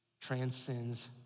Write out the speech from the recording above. Transcends